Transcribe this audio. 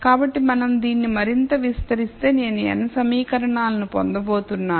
కాబట్టి మనం దీన్ని మరింత విస్తరిస్తే నేను n సమీకరణాలను పొందబోతున్నాను